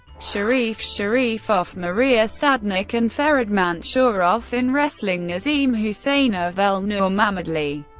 sharif sharifov, mariya stadnik and farid mansurov in wrestling, nazim huseynov, elnur mammadli,